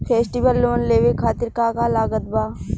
Festival loan लेवे खातिर का का लागत बा?